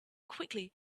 quickly